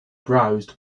browsed